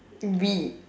B